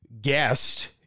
guest